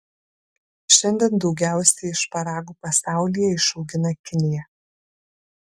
šiandien daugiausiai šparagų pasaulyje išaugina kinija